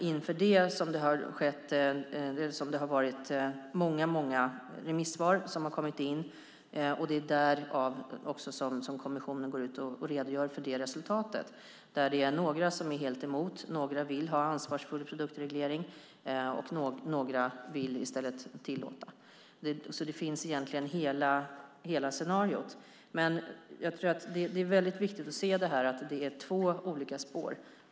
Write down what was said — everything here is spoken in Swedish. Inför revideringen har många remissvar kommit in, och det är det resultatet som kommissionen går ut och redogör för. Det finns några som är helt emot, några vill ha en ansvarsfull produktreglering och några vill i stället tillåta. Där finns egentligen hela scenariot. Det är viktigt att se att här finns två olika spår.